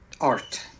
art